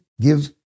give